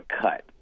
cut